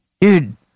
Dude